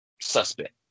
suspect